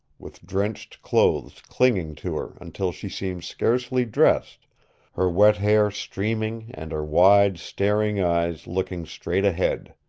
with drenched clothes clinging to her until she seemed scarcely dressed her wet hair streaming and her wide, staring eyes looking straight ahead.